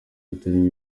hatarimo